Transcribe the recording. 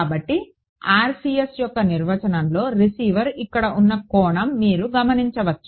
కాబట్టి RCS యొక్క నిర్వచనంలో రిసీవర్ ఇక్కడ ఉన్న కోణం మీరు గమనించవచ్చు